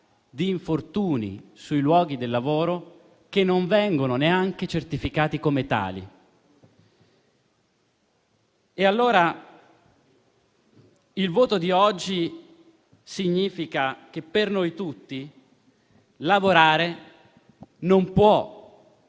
di infortuni sui luoghi del lavoro che non vengono neanche certificati come tali. Il voto di oggi significa che per noi tutti lavorare non può